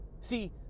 See